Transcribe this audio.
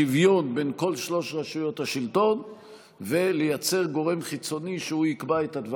שוויון בין כל שלוש רשויות השלטון ולייצר גורם חיצוני שיקבע את הדברים,